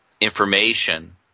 information